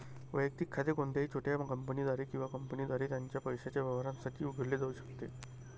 वैयक्तिक खाते कोणत्याही छोट्या कंपनीद्वारे किंवा कंपनीद्वारे त्याच्या पैशाच्या व्यवहारांसाठी उघडले जाऊ शकते